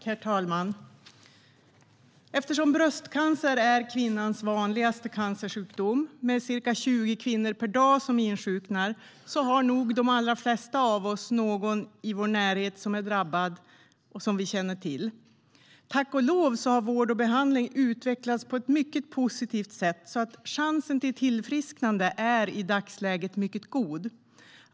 Herr talman! Eftersom bröstcancer är kvinnans vanligaste cancersjukdom, med ca 20 kvinnor per dag som insjuknar, har de flesta av oss någon i vår närhet som är drabbad som vi känner till. Tack och lov har vård och behandling utvecklats på ett mycket positivt sätt så att chansen till tillfrisknande i dagsläget är mycket god.